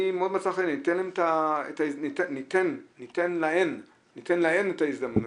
מאוד מצא חן בעיניי, ניתן להן את ההזדמנויות.